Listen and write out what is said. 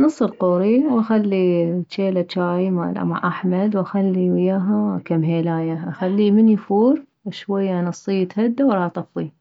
نص القوري واخلي جيله جاي مالاحمد واخلي وياها كم هيلايه اخليه من يفور شوية انصيه يتهدى وراها اطفيه